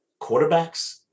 quarterbacks